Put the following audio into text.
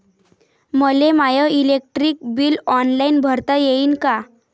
मले my electric bill online भरता येईन का?